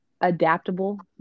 adaptable